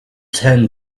ten